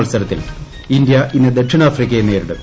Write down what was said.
മത്സരത്തിൽ ഇന്ത്യ ഇന്ന് ദക്ഷിണാഫ്രിക്കയെ നേരിടും